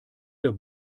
der